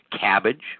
cabbage